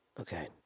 okay